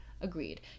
Agreed